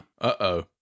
uh-oh